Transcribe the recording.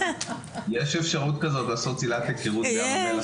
יש אפשרות כזאת לעשות צלילת היכרות בים המלח.